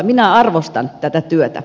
minä arvostan tätä työtä